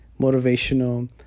motivational